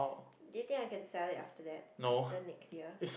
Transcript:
do you think I can sell it after that after next year